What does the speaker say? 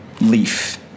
leaf